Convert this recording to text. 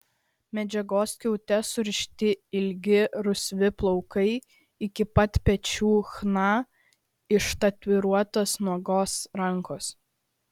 medžiagos skiaute surišti ilgi rusvi plaukai iki pat pečių chna ištatuiruotos nuogos rankos